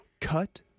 cut